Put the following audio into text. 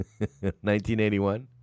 1981